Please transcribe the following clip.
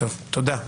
תודה.